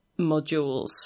modules